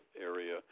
area